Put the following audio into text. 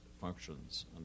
functions